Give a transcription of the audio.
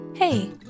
Hey